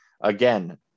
again